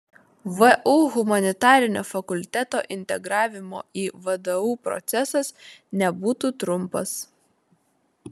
vu humanitarinio fakulteto integravimo į vdu procesas nebūtų trumpas